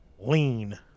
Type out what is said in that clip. Lean